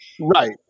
right